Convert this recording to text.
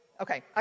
Okay